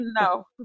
no